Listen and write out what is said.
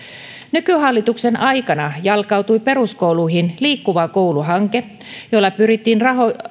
nykyhallituksen aikana jalkautui peruskouluihin liikkuva koulu hanke jolla pyrittiin